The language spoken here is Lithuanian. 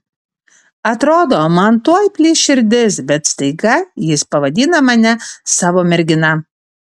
atrodo man tuoj plyš širdis bet staiga jis pavadina mane savo mergina